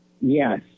Yes